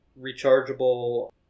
rechargeable